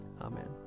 Amen